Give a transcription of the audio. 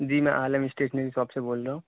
جی میں Alam stationery shops سے بول رہا ہوں